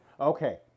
Okay